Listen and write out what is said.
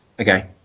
Okay